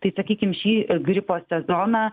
tai sakykim šį gripo sezoną